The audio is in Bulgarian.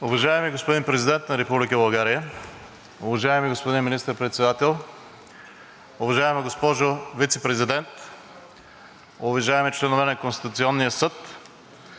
Уважаеми господин Президент на Република България, уважаеми господин Министър-председател, уважаема госпожо Вицепрезидент, уважаеми членове на Конституционния съд,